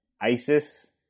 isis